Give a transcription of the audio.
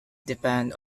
depend